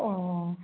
অঁ